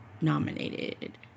nominated